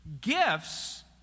Gifts